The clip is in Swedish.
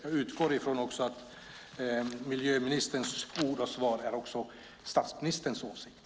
Jag utgår från att miljöministerns ord och svar också är statsministerns åsikt.